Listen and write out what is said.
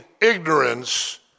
ignorance